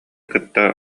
кытта